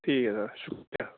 ٹھیک ہے سر شکریہ